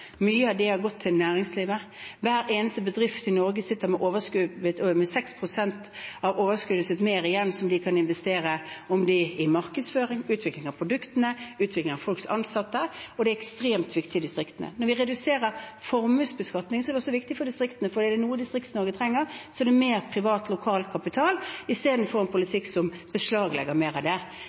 Mye av det har gått til næringslivet. Hver eneste bedrift i Norge sitter igjen med 6 pst. mer i overskudd som de kan investere – om det er i markedsføring, utvikling av produktene, eller utvikling av folk, ansatte. Det er ekstremt viktig i distriktene. Når vi reduserer formuesbeskatningen, er det også viktig for distriktene, for er det noe Distrikts-Norge trenger, er det mer privat lokal kapital – i stedet for en politikk som beslaglegger mer av det.